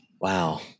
Wow